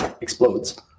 explodes